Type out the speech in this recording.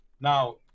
Now